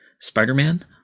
Spider-Man